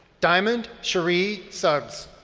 diamond sharee suggs.